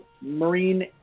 Marine